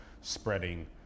spreading